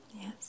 Yes